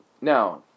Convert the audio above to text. Now